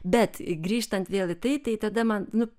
bet grįžtant vėl į tai tai tada man nu